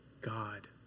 God